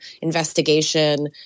investigation